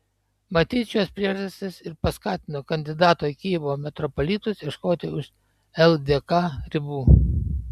matyt šios priežastys ir paskatino kandidato į kijevo metropolitus ieškoti už ldk ribų